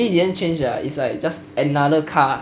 actually didn't change lah it's like just another car